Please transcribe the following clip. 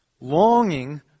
Longing